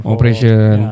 Operation